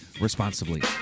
responsibly